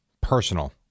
Personal